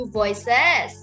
voices